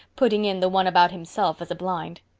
putting in the one about himself as a blind.